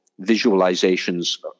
visualizations